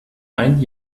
ein